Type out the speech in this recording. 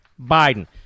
Biden